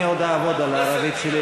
אני עוד אעבוד על הערבית שלי.